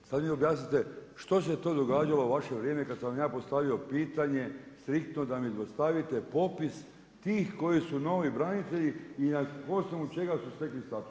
Sada mi objasnite što se to događalo u vaše vrijeme kada sam vam ja postavio pitanje striktno da mi dostavite popis tih koji su novi branitelji i na osnovu čega su stekli status.